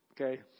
okay